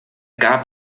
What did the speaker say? gab